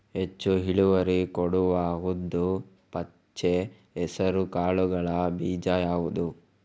ಹೆಚ್ಚು ಇಳುವರಿ ಕೊಡುವ ಉದ್ದು, ಪಚ್ಚೆ ಹೆಸರು ಕಾಳುಗಳ ಬೀಜ ಯಾವುದು?